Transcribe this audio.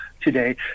today